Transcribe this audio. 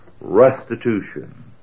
restitution